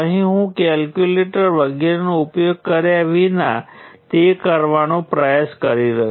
હવે હું એક અલગ કિસ્સો લઉં જ્યાં આ નોડ 1 ન હોય પરંતુ ચાલો આપણે નોડ 4 કહીએ અને આ નહીં હોય પરંતુ તે હશે